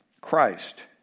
Christ